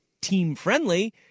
team-friendly